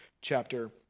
chapter